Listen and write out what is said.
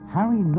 Harry